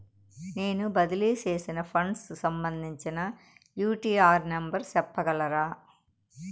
నేను బదిలీ సేసిన ఫండ్స్ సంబంధించిన యూ.టీ.ఆర్ నెంబర్ సెప్పగలరా